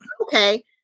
Okay